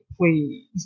please